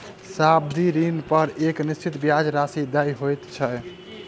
सावधि ऋणपर एक निश्चित ब्याज राशि देय होइत छै